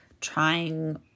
trying